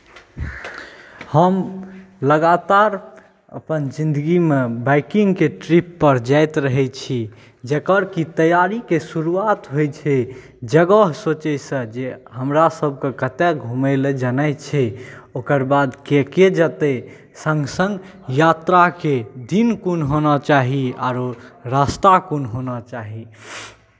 हम लगातार अपन जिन्दगीमे बाइकिंगके ट्रिप पर जाइत रहै छी जेकर की तैयारीके शुरुआत होइ छै जगह सोचै सँ जे हमरा सभके कतऽ घुमै लए जेनाइ छै ओकर बाद के के जेतै सङ्ग सङ्ग यात्राके दिन कोन होना चाही आरो रास्ता कोन होना चाही